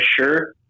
sure